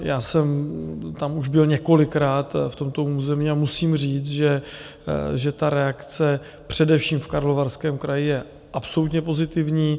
Já jsem tam už byl několikrát v tomto území a musím říct, že reakce především v Karlovarském kraji je absolutně pozitivní.